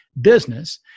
business